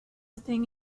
thing